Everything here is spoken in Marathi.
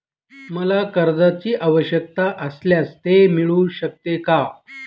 मला कर्जांची आवश्यकता असल्यास ते मिळू शकते का?